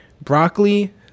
broccoli